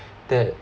that